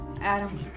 Adam